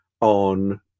on